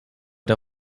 der